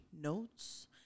notes